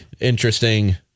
interesting